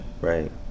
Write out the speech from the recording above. Right